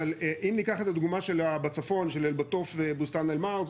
אבל אם ניקח את הדוגמא בצפון של אל בטוף ובוסתאן אל מרג',